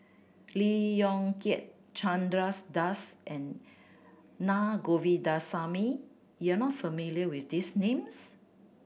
Lee Yong Kiat Chandra Das and Na Govindasamy you are not familiar with these names